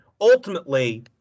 ultimately